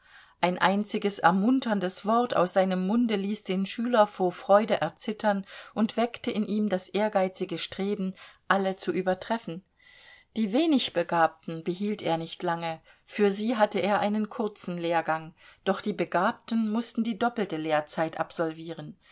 ein einziges ermunterndes wort aus seinem munde ließ den schüler vor freude erzittern und weckte in ihm das ehrgeizige streben alle zu übertreffen die wenig begabten behielt er nicht lange für sie hatte er einen kurzen lehrgang doch die begabten mußten die doppelte lehrzeit absolvieren